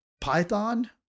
python